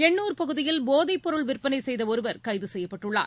எண்ணூர் பகுதியில் போதைப் பொருள் விற்பனை செய்த ஒருவர் கைது செய்யப்பட்டுள்ளார்